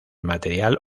material